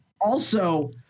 also-